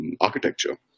architecture